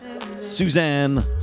suzanne